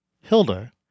Hilda